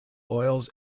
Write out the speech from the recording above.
oils